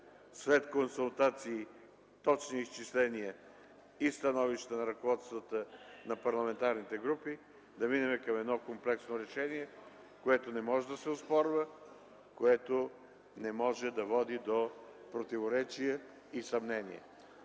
след консултации, точни изчисления и становища на ръководствата на парламентарните групи да минем към комплексно решение, което не може да се оспорва, което не може да води до противоречия и съмнения.